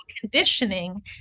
conditioning